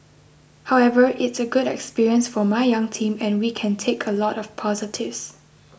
however it's a good experience for my young team and we can take a lot of positives